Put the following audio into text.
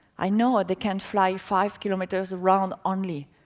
i know ah they can fly five kilometers around only.